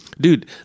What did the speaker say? Dude